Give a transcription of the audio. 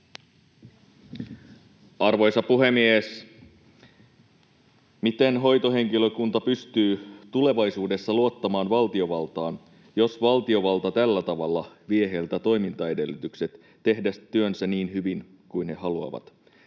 Arvoisa puhemies! ”Miten hoitohenkilökunta pystyy tulevaisuudessa luottamaan valtiovaltaan, jos valtiovalta tällä tavalla vie heiltä toimintaedellytykset tehdä se työnsä niin hyvin kuin he haluavat.”